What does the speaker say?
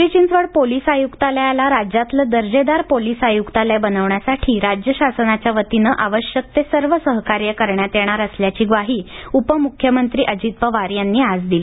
Pimpri Chinchwad police आयुक्तालयाला राज्यातलं दर्जेदार पोलीस आयुक्तालय बनविण्यासाठी राज्य शासनाच्या वतीने आवश्यक ते सर्व सहकार्य करण्यात येणार असल्याची ग्वाही उपमुख्यमंत्री अजित पवार यांनी आज दिली